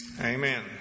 Amen